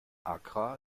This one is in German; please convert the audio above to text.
accra